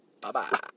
Bye-bye